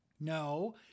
No